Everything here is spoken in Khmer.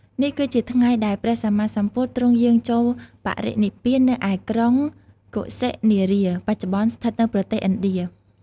នេះគឺជាថ្ងៃដែល ព្រះសម្មាសម្ពុទ្ធទ្រង់យាងចូលបរិនិព្វាន នៅឯ ក្រុងកុសិនារា បច្ចុប្បន្នស្ថិតនៅប្រទេសឥណ្ឌា។